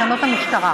מכללה,